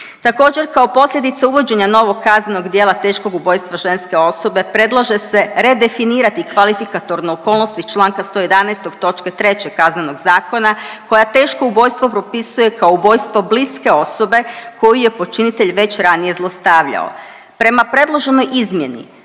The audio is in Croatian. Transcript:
Također, kao posljedica uvođenja novog kaznenog djela teškog ubojstva ženske osobe predlaže se redefinirati kvalifikatorna okolnost iz čl. 111. toč. 3. Kaznenog zakona koja teško ubojstvo propisuje kao ubojstvo bliske osobe koju je počinitelj već ranije zlostavljao. Prema predloženoj izmjeni,